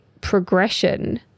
progression